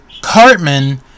Cartman